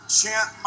chant